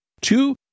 Two